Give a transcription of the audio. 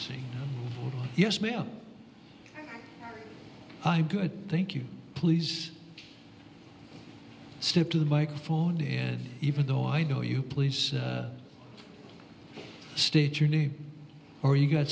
saying yes ma'am i'm good thank you please step to the microphone dead even though i know you please state your name or you've got